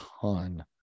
ton